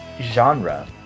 genre